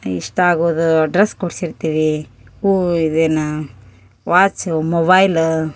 ಇಷ್ಟ ಆಗುದು ಡ್ರೆಸ್ ಕೊಡ್ಸಿರ್ತೀವಿ ಹೂ ಇದೆನು ವಾಚು ಮೊಬೈಲ್